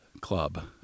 club